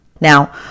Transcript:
Now